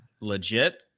legit